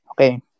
Okay